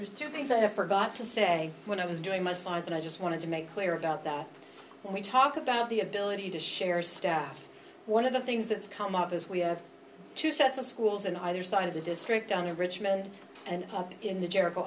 there's two things i have forgot to say when i was doing my slides and i just wanted to make clear about that when we talk about the ability to share staff one of the things that's come up is we have two sets of schools in either side of the district down to richmond and up in the jericho